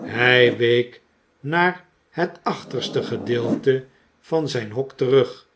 hij week naar het achterste gedeelte van zijn hok terug